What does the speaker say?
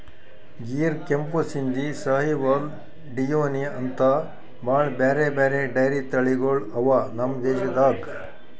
ಗಿರ್, ಕೆಂಪು ಸಿಂಧಿ, ಸಾಹಿವಾಲ್, ಡಿಯೋನಿ ಅಂಥಾ ಭಾಳ್ ಬ್ಯಾರೆ ಬ್ಯಾರೆ ಡೈರಿ ತಳಿಗೊಳ್ ಅವಾ ನಮ್ ದೇಶದಾಗ್